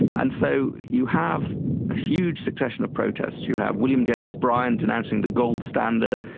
and so you have a huge succession of protests. you have william jennings bryan denouncing the gold standard,